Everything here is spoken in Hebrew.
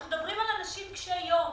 אנחנו מדברים על אנשים קשיי יום,